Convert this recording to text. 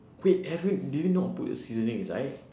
wait haven't do you not put the seasoning inside